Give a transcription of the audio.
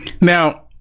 Now